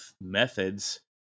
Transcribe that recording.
methods